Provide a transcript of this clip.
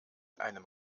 einem